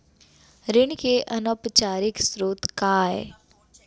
ऋण के अनौपचारिक स्रोत का आय?